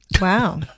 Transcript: Wow